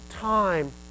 time